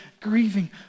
grieving